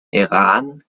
iran